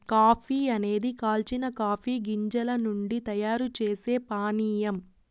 coffee అనేది కాల్చిన coffee గింజల నుండి తయారు చేసే పానీయం